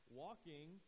walking